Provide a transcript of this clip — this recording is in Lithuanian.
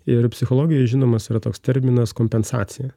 ir psichologijoj žinomas yra toks terminas kompensacija